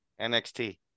NXT